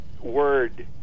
word